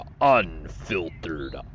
unfiltered